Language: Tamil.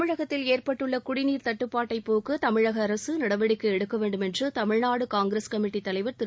தமிழகத்தில் ஏற்பட்டுள்ள குடிநீர் தட்டுப்பாட்டைப் போக்க தமிழக அரசு நடவடிக்கை எடுக்க வேண்டும் என்று தமிழ்நாடு காங்கிரஸ் கமிட்டி தலைவர் திரு